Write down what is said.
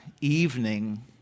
evening